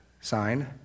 sign